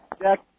Jack